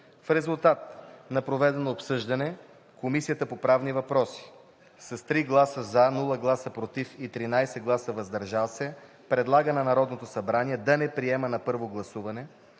В резултат на проведеното обсъждане Комисията по правни въпроси: - с 3 гласа „за“, без „против“ и 13 гласа „въздържал се“ предлага на Народното събрание да не приеме на първо гласуване